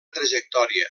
trajectòria